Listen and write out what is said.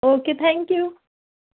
okay thank you